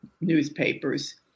newspapers